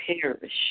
perish